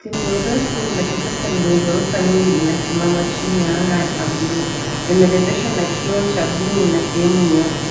Jengo refu la kisasa lenye ghorofa nyingi linasimama chini ya anga la buluu. Limerembeshwa kwa kioo cha buluu na sehemu nyeupe